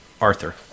Arthur